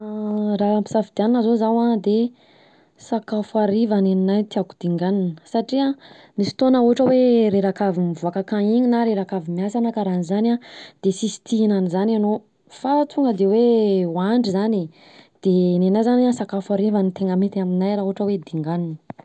Raha ampisafidenina zao za an de sakafo hariva nenahy tiako dinganina, satria misy fotoana ohatra hoe reraka avy mivoaka akany iny na reraka avy miasa na karanzany an, de sisy tia hihinana zany anô, fa tonga de hoe hoandry zany e, de nenahy zany an sakafo hariva no tegna mety aminahy raha ohatra hoe dinganina.